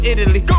Italy